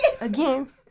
Again